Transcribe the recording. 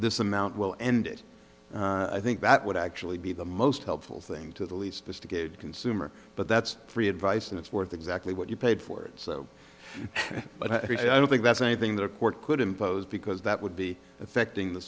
amount will end i think that would actually be the most helpful thing to the least the consumer but that's free advice and it's worth exactly what you paid for it but i don't think that's anything the report could impose because that would be affecting the